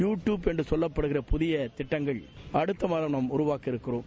you tube என்று கொல்லப்படுகின்ற புதிய திட்டங்கள் அடுத்த வாரம் நாம் உருவாக்கவிருக்கின்றோம்